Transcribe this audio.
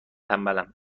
تنبلم